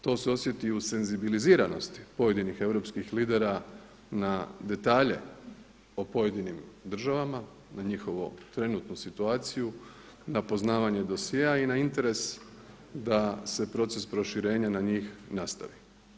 To se osjeti i u senzibiliziranosti pojedinih europskih lidera na detalje o pojedinim državama, na njihovu trenutnu situaciju, na poznavanje dosjea i na interes da se proces proširenja na njih nastavi.